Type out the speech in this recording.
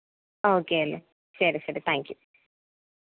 ഓക്കെയല്ലേ ശരി ശരി thank you